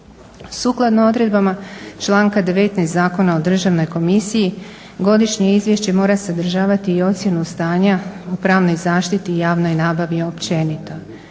Sukladno odredbama članka 19. Zakona o Državnoj komisiji, godišnje izvješće mora sadržavati i ocjenu stanja o pravnoj zaštiti i javnoj nabavi općenito.